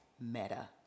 meta